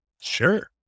Sure